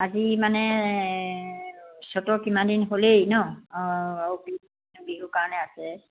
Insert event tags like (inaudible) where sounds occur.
আজি মানে চ'তৰ কিমান দিন হ'লেই ন অঁ আৰু (unintelligible) বিহুৰ কাৰণে আছে